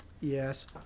Yes